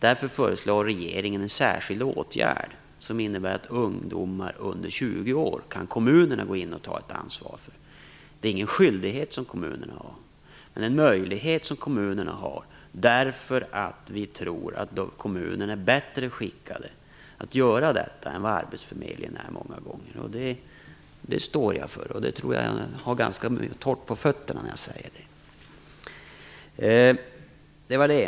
Därför föreslår regeringen en särskild åtgärd som innebär att kommunerna kan gå in och ta ett ansvar för ungdomar under 20 år. Det är ingen skyldighet som kommunerna har, utan en möjlighet. Vi tror att kommunen är bättre skickad att göra detta än vad arbetsförmedlingen många gånger är. Det står jag för. Jag tror att jag har ganska torrt på fötterna när jag säger det.